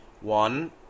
One